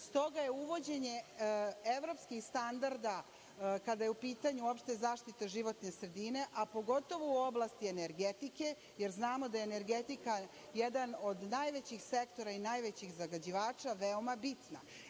stoga je uvođenje evropskih standarda, kada je u pitanju uopšte zaštita životne sredine, a pogotovo u oblasti energetike, jer znamo da je energetika jedan od najvećih sektora i najvećih zagađivača veoma bitna,